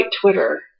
Twitter